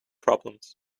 problems